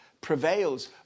prevails